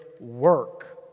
work